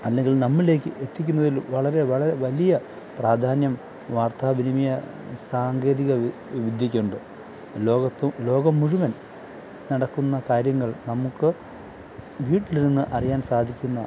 അല്ലെങ്കില് നമ്മിലേക്ക് എത്തിക്കുന്നതില് വളരെ വളരെ വലിയ പ്രാധാന്യം വാര്ത്താ വിനിമയ സാങ്കേതിക വിദ്യയ്ക്കുണ്ട് ലോകത്തും ലോകം മുഴുവന് നടക്കുന്ന കാര്യങ്ങള് നമുക്ക് വീട്ടിലിരുന്ന് അറിയാന് സാധിക്കുന്ന